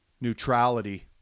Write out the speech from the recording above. neutrality